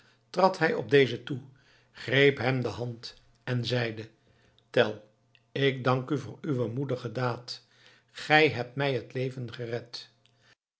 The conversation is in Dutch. trad hij op dezen toe greep hem de hand en zeide tell ik dank u voor uwe moedige daad gij hebt mij het leven gered